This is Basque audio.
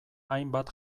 hainbat